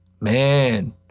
Man